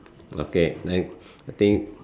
okay next I think